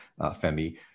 Femi